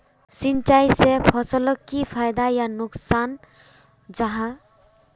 सिंचाई से फसलोक की फायदा या नुकसान जाहा?